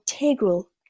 integral